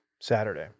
Saturday